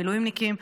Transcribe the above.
המילואימניקים,